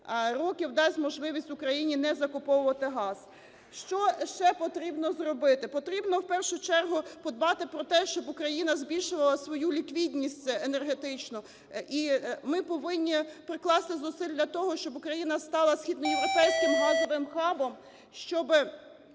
років дасть можливість Україні не закуповувати газ. Що ще потрібно зробити? Потрібно в першу чергу подбати про те, щоб Україна збільшувала свою ліквідність енергетичну. І ми повинні прикласти зусиль для того, щоб Україна стала східноєвропейським газовим хабом, щоби